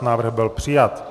Návrh byl přijat.